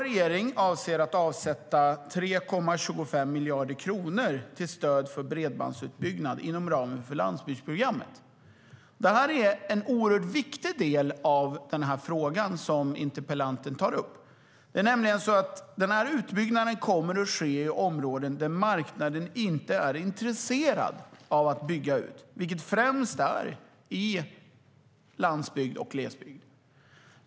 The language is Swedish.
Regeringen avser att avsätta 3,25 miljarder kronor till stöd för bredbandsutbyggnad inom ramen för landsbygdsprogrammet. Det är en oerhört viktig del av frågan som interpellanten tar upp. Utbyggnaden kommer att ske i områden där marknaden inte är intresserad av att bygga ut, vilket främst är i landsbygd och glesbygd.